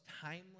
timeless